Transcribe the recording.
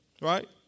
Right